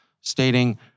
stating